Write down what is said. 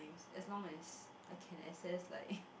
as long as I can access like